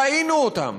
ראינו אותם,